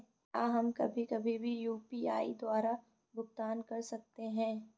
क्या हम कभी कभी भी यू.पी.आई द्वारा भुगतान कर सकते हैं?